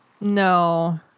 No